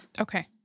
okay